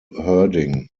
herding